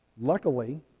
Luckily